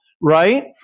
right